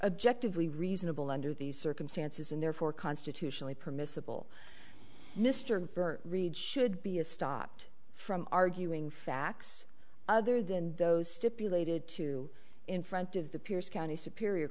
objective lee reasonable under these circumstances and therefore constitutionally permissible mr burke read should be a stopped from arguing facts other than those stipulated to in front of the pierce county superior